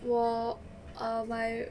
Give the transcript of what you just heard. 我 err my